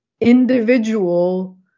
individual